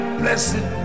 blessed